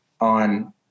on